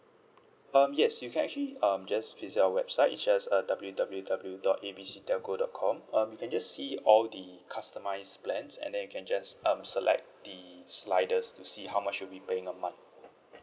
um yes you can actually um just visit our website is just uh W_W_W dot A B C telco dot com um you can just see all the customise plans and then you can just um select the sliders to see how much will be paying a month